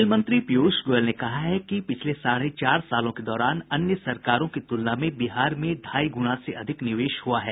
rail मंत्री पीयूष गोयल ने कहा है कि पिछले साढ़े चार सालों के दौरान अन्य सरकारों की तुलना में बिहार में ढाई गुणा से अधिक निवेश किया है